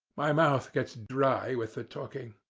my mouth gets dry with the talking.